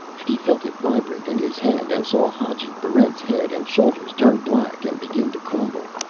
he felt it vibrate in his hand and saw hadji barrent's head and shoulders turn black and begin to crumble.